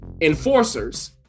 enforcers